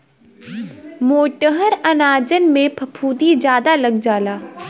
मोटहर अनाजन में फफूंदी जादा लग जाला